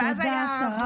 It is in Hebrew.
תודה, השרה.